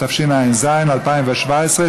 התשע"ז 2017,